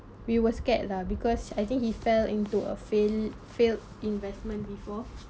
we were scared lah because I think he fell into a fail failed investment before